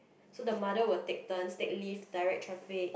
so the mother will take turns take leave direct traffic